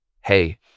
hey